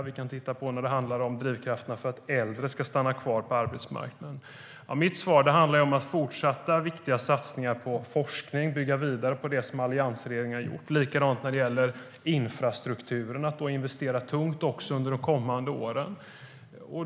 Vi kan titta på det när det handlar om drivkrafterna för att äldre ska stanna kvar på arbetsmarknaden. Mitt svar handlar om fortsätta viktiga satsningar på forskning, bygga vidare på det som alliansregeringen har gjort, likadant när det gäller infrastrukturen, att investera tungt också under de kommande åren.